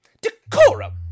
decorum